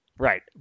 Right